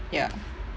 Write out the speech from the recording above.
ya